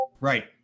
Right